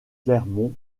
clermont